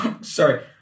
sorry